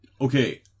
Okay